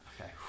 Okay